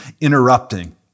interrupting